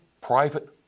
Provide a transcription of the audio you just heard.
private